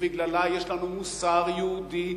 ובגללה יש לנו מוסר יהודי,